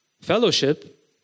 Fellowship